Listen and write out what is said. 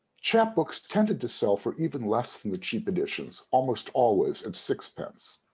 chapbooks tended to sell for even less than the cheap editions almost always at six pence,